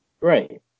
Right